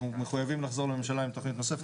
אנחנו מחויבים לחזור לממשלה עם תוכנית נוספת.